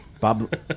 Bob